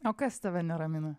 o kas tave neramina